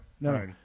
no